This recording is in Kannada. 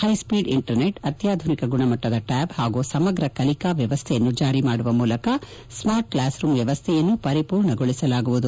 ಹೈಸ್ವೀಡ್ ಇಂಟರ್ನೆಟ್ ಅತ್ಲಾಧುನಿಕ ಗುಣಮಟ್ಟದ ಟ್ಯಾಬ್ ಹಾಗೂ ಸಮಗ್ರ ಕಲಿಕಾ ವ್ಯವಸ್ಥೆಯನ್ನು ಜಾರಿ ಮಾಡುವ ಮೂಲಕ ಸ್ಪಾರ್ಟ್ಕ್ಲಾಸ್ ರೂಂ ವ್ಯವಸ್ಥೆಯನ್ನು ಪರಿಪೂರ್ಣಗೊಳಿಸಲಾಗುವುದು